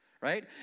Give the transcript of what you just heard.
Right